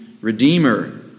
Redeemer